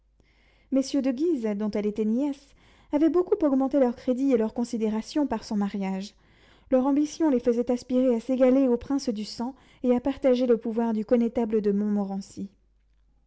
messieurs de guise dont elle était nièce avaient beaucoup augmenté leur crédit et leur considération par son mariage leur ambition les faisait aspirer à s'égaler aux princes du sang et à partager le pouvoir du connétable de montmorency